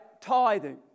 tithing